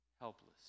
Helpless